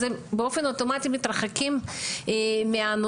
אז הם באופן אוטומטי מתרחקים מהנושא,